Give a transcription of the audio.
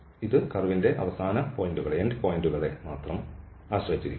ഇത് കർവിന്റെ അവസാന പോയിന്റുകളെ മാത്രം ആശ്രയിച്ചിരിക്കുന്നു